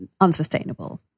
unsustainable